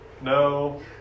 no